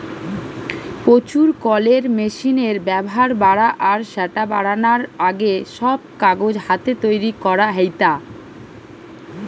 প্রচুর কলের মেশিনের ব্যাভার বাড়া আর স্যাটা বারানার আগে, সব কাগজ হাতে তৈরি করা হেইতা